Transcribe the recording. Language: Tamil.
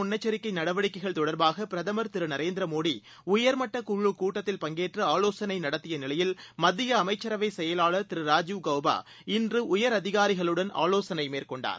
முன்னெச்சரிக்கைநடவடிக்கைகள் புயல் தொடர்பாகபிரதமர் இந்த கிரு நரேந்திரமோடிஉயா்மட்டக்குழுகூட்டத்தில் பங்கேற்றுஆலோசனைநடத்தியநிலையில் மத்தியஅமைச்சரவைசெயலாளர் திரு ராஜீவ் கவுபா இன்றுஉயர் அதிகாரிகளுடன் ஆவோசனைமேற்கொண்டார்